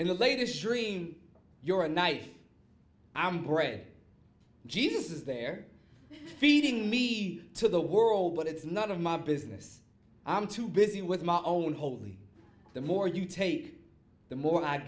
in the latest dream you're a knife i'm bread jesus is there feeding me to the world but it's none of my business i'm too busy with my own holding the more you take the more i